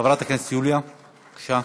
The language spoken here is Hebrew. חברת הכנסת יוליה, בבקשה.